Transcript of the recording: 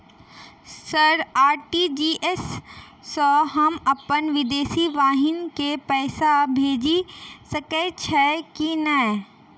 Sir RTGS सँ हम अप्पन विदेशी बहिन केँ पैसा भेजि सकै छियै की नै?